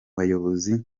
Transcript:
bayobozi